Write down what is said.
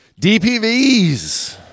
DPVs